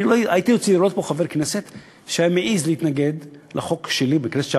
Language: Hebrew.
הייתי רוצה לראות פה חבר כנסת שהיה מעז להתנגד לחוק שלי בכנסת שעברה,